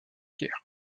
guerre